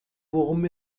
worum